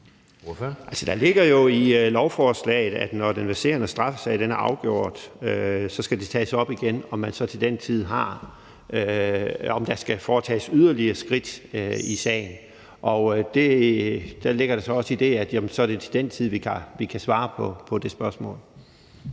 Der ligger jo i lovforslaget, at når den verserende straffesag er afgjort, skal det tages op igen, om der skal foretages yderligere skridt i sagen. Der ligger også i det, at det er til den tid, vi kan svare på det spørgsmål.